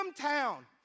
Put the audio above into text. town